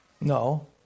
No